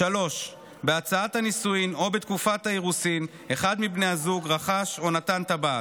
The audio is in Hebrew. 3. בהצעת הנישואין או בתקופת האירוסין אחד מבני הזוג רכש או נתן טבעת.